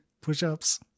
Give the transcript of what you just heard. push-ups